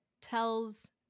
tells